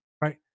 right